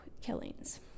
killings